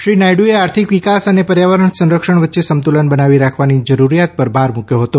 શ્રી નાયડુએ આર્થિક વિકાસ અને પર્યાવરણ સંરક્ષણ વચ્ચે સંમતુલન બનાવી રાખવાની જરૂરિયાત પર ભાર મૂક્યો હતો